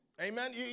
Amen